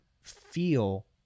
feel